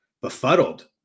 befuddled